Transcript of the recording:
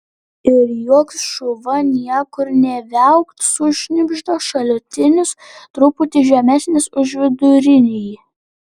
ir joks šuva niekur nė viaukt sušnibžda šalutinis truputį žemesnis už vidurinįjį